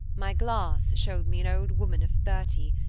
my glass showed me an old woman of thirty,